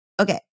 Okay